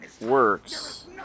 works